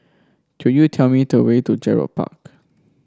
could you tell me the way to Gerald Park